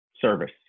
Service